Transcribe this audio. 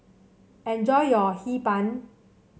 enjoy your Hee Pan